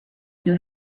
knew